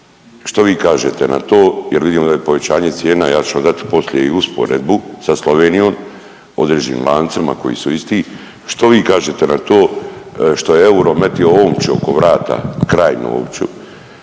Što vi kažete na to jer vidimo da je povećanje cijena, ja ću vam dati poslije i usporedbu sa Slovenijom, određenim lancima koji su isti, što vi kažete na to što je euro metio omču oko vrata krajnju omču